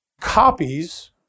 copies